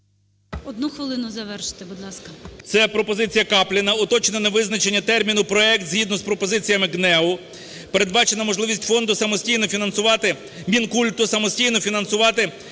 Одну хвилину завершити. Будь ласка.